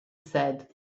said